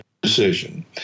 decision